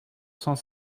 cent